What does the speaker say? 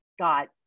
got